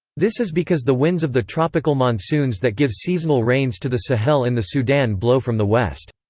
this is because the winds of the tropical monsoons that give seasonal rains to the sahel and the sudan blow from the west.